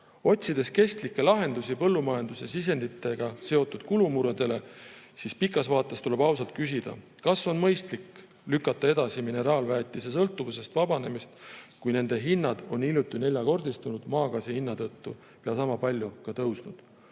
Otsides kestlikke lahendusi põllumajanduse sisenditega seotud kulumuredele, tuleb pikas vaates ausalt küsida, kas on mõistlik lükata edasi mineraalväetiste sõltuvusest vabanemist, kui nende hinnad on maagaasi hiljuti neljakordistunud hinna tõttu sama palju tõusnud.